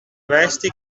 vesti